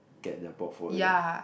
get their portfolio